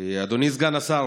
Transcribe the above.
אדוני סגן השר,